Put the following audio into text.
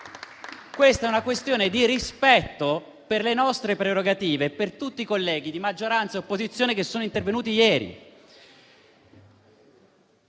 È una questione di rispetto per le nostre prerogative, per tutti i colleghi, di maggioranza e di opposizione, che sono intervenuti ieri.